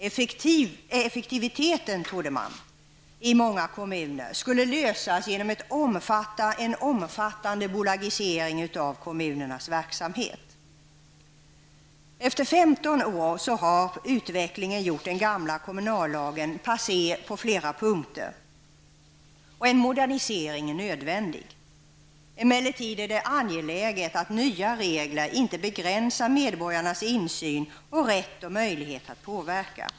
Effektiviteten, trodde man i många kommuner, skulle lösas genom en omfattande bolagisering av kommunernas verksamhet. Efter 15 år har utvecklingen gjort den gamla kommunallagen passé på flera punkter och en modernisering är nödvändig. Emellertid är det angeläget att nya regler inte begränsar medborgarnas insyn och rätt och möjlighet att påverka.